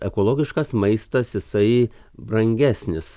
ekologiškas maistas jisai brangesnis